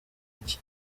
iki